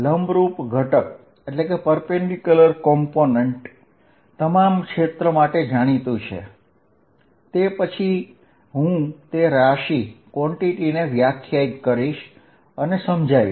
લંબરૂપ ઘટક તમામ ક્ષેત્ર માટે જાણીતું છે તે પછી હું તે રાશિ ને વ્યાખ્યાયિત કરીશ અને સમજાવીશ